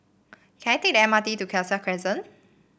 can I take the M R T to Khalsa Crescent